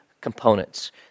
components